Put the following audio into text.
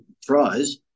fries